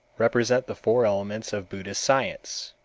represent the four elements of buddhist science,